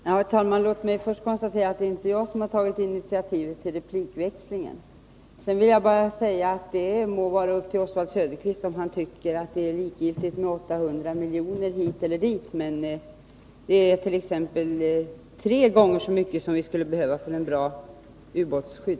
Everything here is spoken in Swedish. Herr talman! Låt mig först konstatera att det inte var jag som toginitiativet till replikväxlingen. Sedan vill jag säga att det hå vara upp till Oswald Söderqvist om han tycker att det är likgiltigt med 800 miljoner hit eller dit. Men det är tre gånger så mycket som vi skulle behöva för ett bra ubåtsskydd.